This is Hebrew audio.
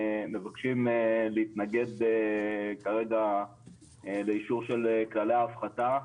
מבקשים להתנגד כרגע לאישור של כללי ההפחתה,